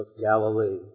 Galilee